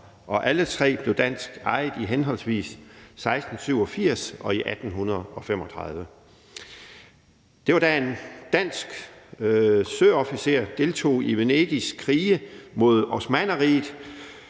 og alle tre blev danskejede i henholdsvis 1687 og 1835. Det var, da en dansk søofficer deltog i Venedigs krige mod Osmannerriget,